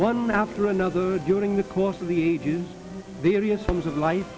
one after another during the course of the ages various forms of life